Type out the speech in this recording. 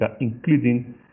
including